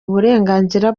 uburenganzira